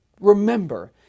remember